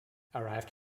arrived